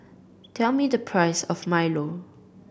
tell me the price of milo